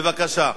בבקשה.